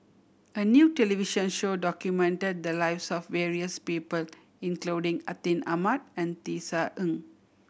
a new television show documented the lives of various people including Atin Amat and Tisa Ng